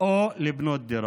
או לבנות דירה.